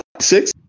six